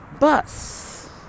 bus